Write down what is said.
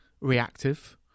reactive